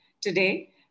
today